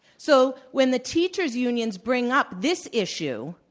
so when the teachers unions bring up this issue,